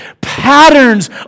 patterns